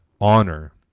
honor